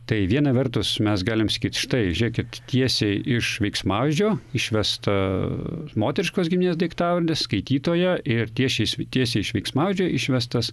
tai viena vertus mes galim sakyt štai žėkit tiesiai iš veiksmažio išvesta moteriškos giminės daiktavardis skaitytoja ir tiešiai s tiesiai iš veiksmaodžio išvestas